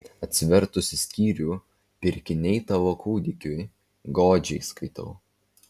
atsivertusi skyrių pirkiniai tavo kūdikiui godžiai skaitau